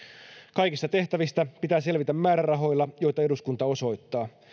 kaikista tehtävistä pitää selvitä määrärahoilla joita eduskunta osoittaa